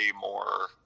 more